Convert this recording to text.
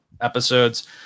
episodes